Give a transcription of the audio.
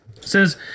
Says